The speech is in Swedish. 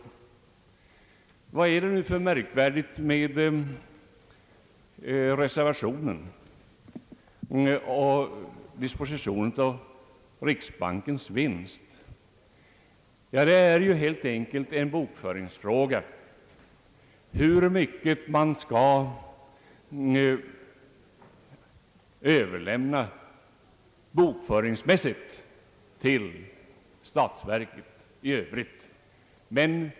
Vad är det nu för märkvärdigt med reservationen och dispositionen av riksbankens vinst? Ja, det är helt enkelt en bokföringsfråga, hur mycket man skall överlämna bokföringsmässigt till statsverket i övrigt.